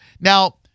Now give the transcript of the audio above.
Now